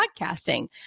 podcasting